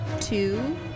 Two